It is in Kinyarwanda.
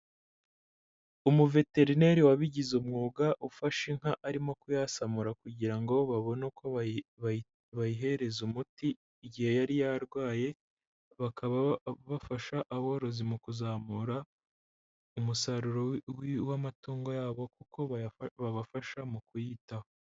Umuveterineri wabigize umwuga, ufashe inka arimo kuyasamura kugira ngo babone uko bayihereza umuti igihe yari yarwaye, bakaba bafasha aborozi mu kuzamura umusaruro w'amatungo yabo, kuko babafasha mu kuyitaho.